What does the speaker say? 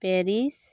Paris